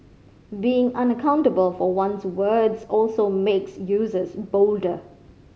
being unaccountable for one's words also makes users bolder